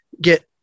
get